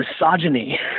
misogyny